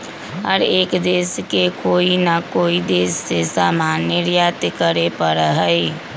हर एक देश के कोई ना कोई देश से सामान निर्यात करे पड़ा हई